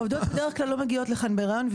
עובדות לא מגיעות לכאן בדרך כלל בהריון.